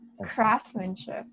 craftsmanship